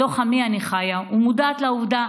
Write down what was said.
בתוך עמי אני חיה, ומודעת לעובדה